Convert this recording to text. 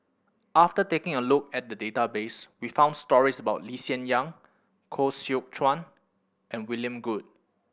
after taking a look at the database we found stories about Lee Hsien Yang Koh Seow Chuan and William Goode